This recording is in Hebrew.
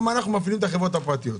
גם אנחנו מפעילים את החברות הפרטיות.